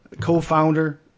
co-founder